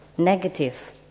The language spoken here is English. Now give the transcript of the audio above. negative